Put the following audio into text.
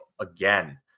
again